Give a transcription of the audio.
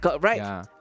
Right